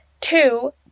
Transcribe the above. two